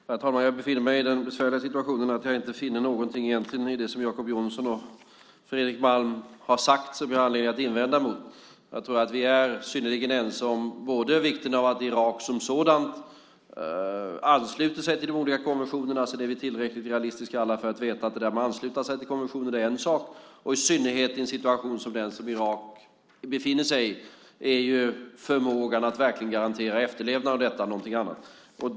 Herr talman! Jag befinner mig i den besvärliga situationen att jag egentligen inte finner någonting i det som Jacob Johnson och Fredrik Malm har sagt som jag har anledning att invända mot. Jag tror att vi är synnerligen ense om vikten av att Irak som sådant ansluter sig till de olika konventionerna. Sedan är vi alla tillräckligt realistiska för att veta att viljan att ansluta sig till konventioner är en sak, i synnerhet i en situation som den som Irak befinner sig i, och förmågan att verkligen garantera efterlevnaden av detta är någonting annat.